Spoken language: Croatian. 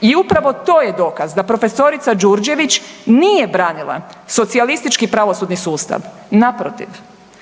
i upravo to je dokaz da profesorica Đurđević nije branila socijalistički pravosudni sustav, naprotiv.